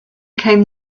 came